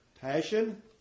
passion